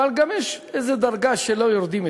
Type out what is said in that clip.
אבל גם יש איזו דרגה שלא יורדים מתחתיה,